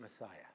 Messiah